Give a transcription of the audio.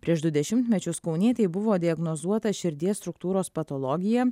prieš du dešimtmečius kaunietei buvo diagnozuota širdies struktūros patologija